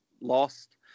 lost